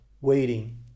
waiting